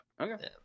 Okay